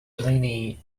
pliny